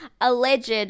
alleged